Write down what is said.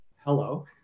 hello